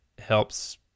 helps